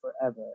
forever